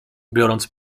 biorąc